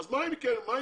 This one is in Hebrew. אז מה היא כן יכולה?